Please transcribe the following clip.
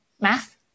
math